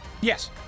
Yes